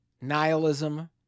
nihilism